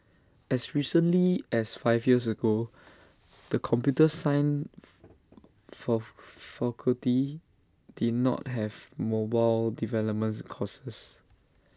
as recently as five years ago the computer science fall faculty did not have mobile developments courses